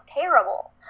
terrible